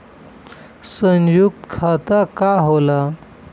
सयुक्त खाता का होला?